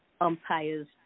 umpire's